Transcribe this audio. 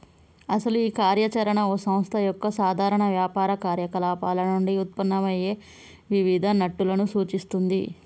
అసలు ఈ కార్య చరణ ఓ సంస్థ యొక్క సాధారణ వ్యాపార కార్యకలాపాలు నుండి ఉత్పన్నమయ్యే వివిధ నట్టులను సూచిస్తుంది